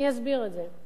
אני אסביר את זה: